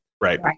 Right